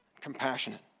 compassionate